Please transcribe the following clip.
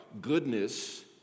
goodness